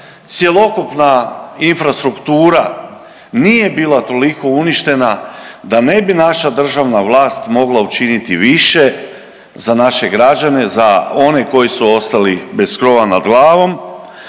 cjelokupna infrastruktura nije bila toliko uništena da ne bi naša državna vlast mogla učiniti više za naše građane, za one koji su ostali bez krova nad glavom